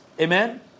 Amen